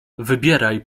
wybieraj